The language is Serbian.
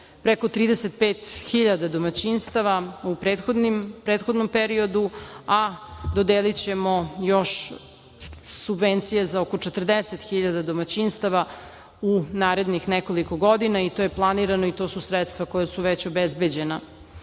preko 35.000 domaćinstava u prethodnom periodu, a dodelićemo još subvencije za oko 40.000 domaćinstava u narednih nekoliko godina. To je planirano i to su sredstva koja su već obezbeđena. Ovaj